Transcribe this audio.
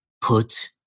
Put